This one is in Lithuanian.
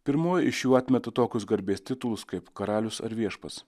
pirmoji iš jų atmeta tokius garbės titulus kaip karalius ar viešpats